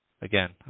Again